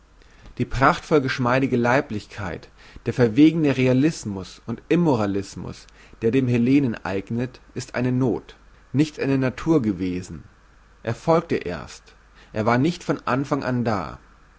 die prachtvoll geschmeidige leiblichkeit der verwegene realismus und immoralismus der dem hellenen eignet ist eine noth nicht eine natur gewesen er folgte erst er war nicht von anfang an da